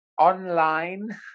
online